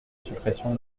suppression